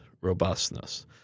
robustness